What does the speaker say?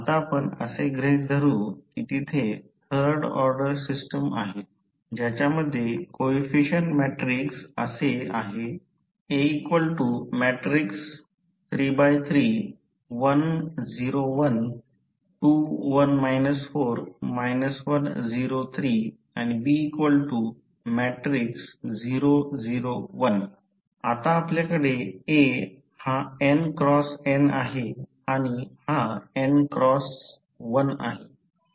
आता आपण असे गृहीत धरू कि तिथे थर्ड ऑर्डर सिस्टम आहे ज्याच्या मध्ये कोइफिसिएंट मॅट्रिक्स असे आहे आता आपल्याकडे A हा n x n आहे आणि हा n क्रॉस 1 आहे